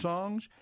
Songs